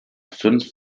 fünf